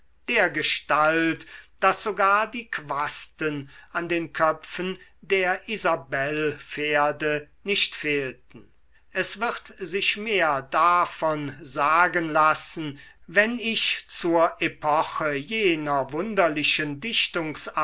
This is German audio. dergestalt daß sogar die quasten an den köpfen der isabellpferde nicht fehlten es wird sich mehr davon sagen lassen wenn ich zur epoche jener wunderlichen